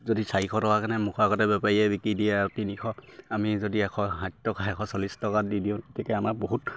যদি চাৰিশ টকাকে মুখ আগতে বেপাৰীয়ে বিকি দিয়ে আৰু তিনিশ আমি যদি এশ ষাঠি টকা এশ চল্লিছ টকাত দি দিওঁ তেতিয়া আমাৰ বহুত